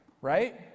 Right